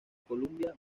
columbia